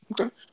Okay